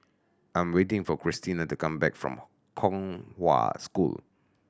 I am waiting for Christina to come back from Kong Hwa School